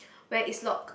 where it's lock